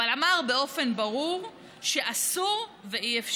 אבל אמר באופן ברור שאסור ואי-אפשר.